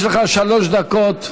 יש לך שלוש דקות.